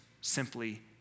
simply